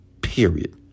Period